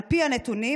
על פי הנתונים,